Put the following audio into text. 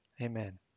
amen